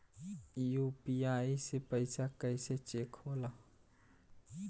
UPI से पैसा कैसे चेक होला?